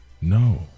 No